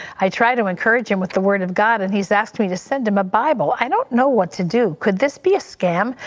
i to encourage him with the word of god and he's asked me to send him a bible. i don't know what to do. could this be a scam?